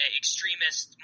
extremist